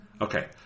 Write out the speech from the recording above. Okay